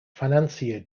financier